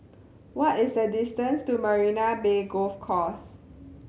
what is the distance to Marina Bay Golf Course